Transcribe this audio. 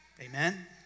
Amen